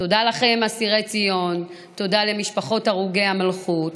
תודה לכם, אסירי ציון, תודה למשפחות הרוגי המלכות.